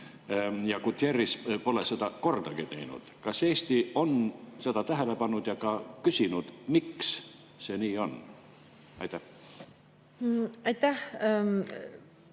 ja Guterres pole seda kordagi teinud. Kas Eesti on seda tähele pannud ja ka küsinud, miks see nii on? Suur aitäh!